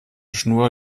schnur